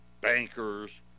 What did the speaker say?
Bankers